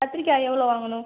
கத்திரிக்காய் எவ்வளோ வாங்கணும்